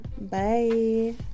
Bye